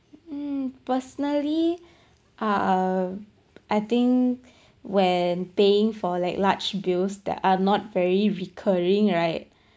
mm personally um I think when paying for like large bills that are not very recurring right